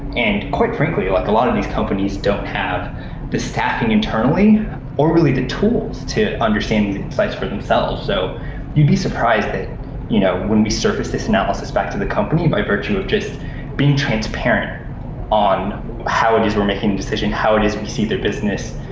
and quite frankly, like a lot of these companies don't have the staffing internally or really the tools to understanding for themselves. so you'd be surprised that you know when we surface this analysis back to the company by virtue of just being transparent on how it is we're making decisions, how it is we see their business,